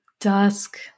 Dusk